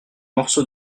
morceau